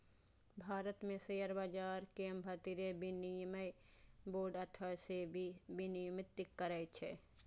भारत मे शेयर बाजार कें भारतीय विनिमय बोर्ड अथवा सेबी विनियमित करै छै